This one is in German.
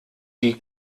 die